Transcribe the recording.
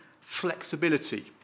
flexibility